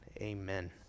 Amen